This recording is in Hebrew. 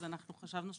אז אנחנו חשבנו שהרשות,